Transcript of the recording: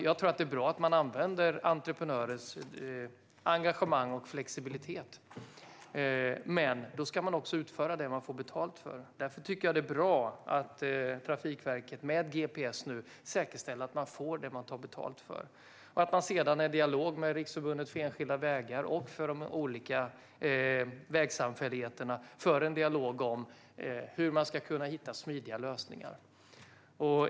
Jag tror att det är bra att man använder entreprenörers engagemang och flexibilitet. Men då ska de också utföra det som de får betalt för. Därför tycker jag att det är bra att Trafikverket med gps nu säkerställer att man får det man betalar för och att man sedan i dialog med Riksförbundet Enskilda Vägar och de olika vägsamfälligheterna för en dialog om hur man ska kunna hitta smidiga lösningar.